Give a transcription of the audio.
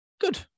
good